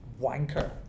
wanker